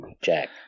Jack